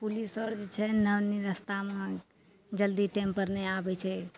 police अर जे छै ने एनी रस्तामे जल्दी टाइमपर नहि आबय छै